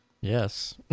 Yes